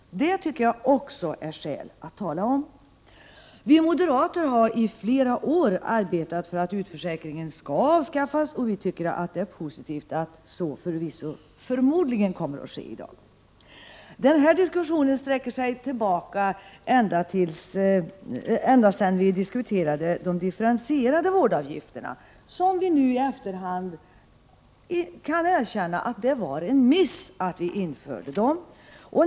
Detta är också något man bör tala om. Vi moderater har i flera år arbetat för att utförsäkringen skulle avskaffas och tycker att det är positivt att beslut om detta förmodligen kommer att fattas i dag. Denna diskussion går tillbaka till den tid när vi diskuterade de differentierade vårdavgifterna. Nu i efterhand kan vi erkänna att det var en miss att vi införde dem.